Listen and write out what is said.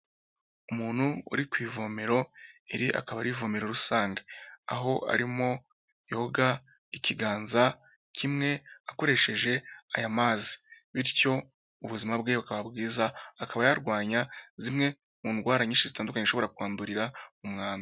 Umuntu uri ku ivomero, iri akaba ari ivomero rusange, aho arimo yoga ikiganza kimwe akoresheje aya mazi bityo ubuzima bwe bukaba bwiza, akaba yarwanya zimwe mu ndwara nyinshi zitandukanye zishobora kwandurira mu mwanda.